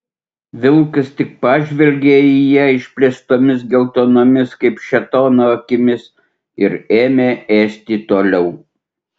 vilkas tik pažvelgė į ją išplėstomis geltonomis kaip šėtono akimis ir ėmė ėsti toliau